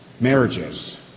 marriages